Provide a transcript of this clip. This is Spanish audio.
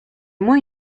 muy